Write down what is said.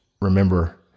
remember